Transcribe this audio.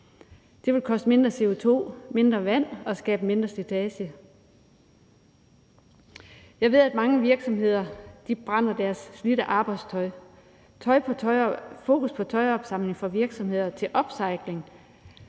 Det vil koste mindre CO2 og mindre vand og skabe mindre slitage. Jeg ved, at mange virksomheder brænder deres slidte arbejdstøj. Fokus på tøjopsamling fra virksomheder til upcycling